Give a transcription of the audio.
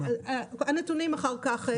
הנתונים אחר כך.